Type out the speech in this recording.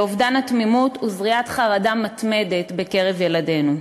לאובדן התמימות ולזריעת חרדה מתמדת בקרב ילדינו.